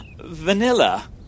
Vanilla